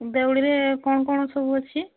ଦେଉଳିରେ କ'ଣ କ'ଣ ସବୁ ଅଛି